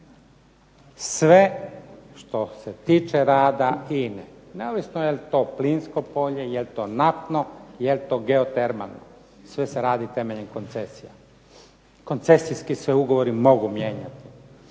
Sve što se tiče rada INA-e, neovisno je li to plinsko polje, je li to naftno, je li to geotermalno, sve se radi temeljem koncesija. Koncesijski se ugovori mogu mijenjati.